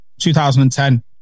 2010